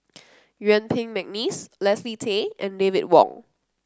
Yuen Peng McNeice Leslie Tay and David Wong